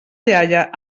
iaia